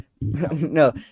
No